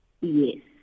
Yes